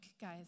guys